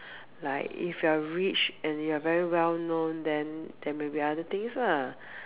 like if you are rich and you are very well known then there maybe other things lah